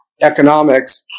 economics